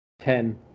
Ten